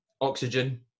Oxygen